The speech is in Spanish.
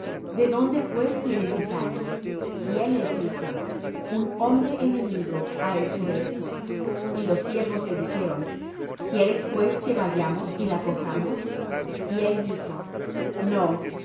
de dónde pues tiene cizaña y él les dijo un hombre enemigo ha hecho esto y los siervos le dijeron quieres pues que vayamos y la cojamos y él dijo no